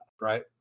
right